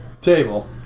table